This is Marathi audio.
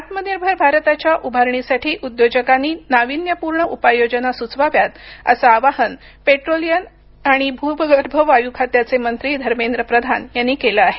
आत्मनिर्भर भारताच्या उभारणीसाठी उद्योजकांनी नावीन्यपूर्ण उपाययोजना सुचवाव्यात असं आवाहन पट्रोलियम आणि भुगर्भ वायू खात्याचे मंत्री धर्मेंद्र प्रधान यांनी केलं आहे